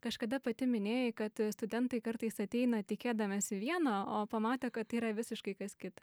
kažkada pati minėjai kad studentai kartais ateina tikėdamiesi vieno o pamato kad tai yra visiškai kas kita